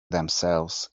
themselves